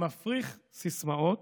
מפריח סיסמאות,